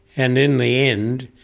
and in the end,